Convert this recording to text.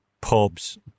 pubs